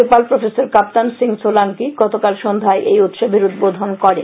রাজ্যপাল প্রফেসর কাপ্তান সিং সোলাঙ্কি গতকাল সন্ধ্যায় এই উৎসবের উদ্বোধন করেন